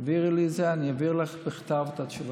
תעבירי לי את זה, אני אעביר לך בכתב את התשובה.